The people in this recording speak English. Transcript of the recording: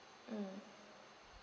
mm